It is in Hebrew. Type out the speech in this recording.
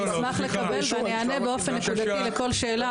אני אשמח לקבל ואני אענה באופן נקודתי לכל שאלה,